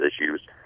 issues